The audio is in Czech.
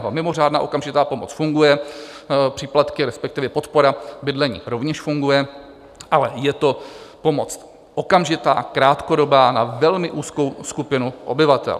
Mimořádná okamžitá pomoc funguje, příplatky, respektive podpora bydlení rovněž funguje, ale je to pomoc okamžitá, krátkodobá, na velmi úzkou skupinu obyvatel.